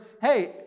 hey